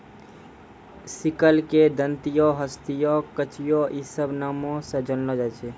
sickle के दंतिया, हंसिया, कचिया इ सभ नामो से जानलो जाय छै